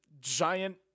giant